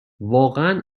واقعا